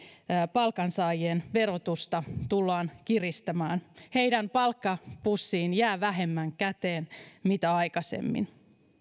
palkansaajien verotusta tullaan kiristämään heidän palkkapussiinsa jää vähemmän käteen kuin aikaisemmin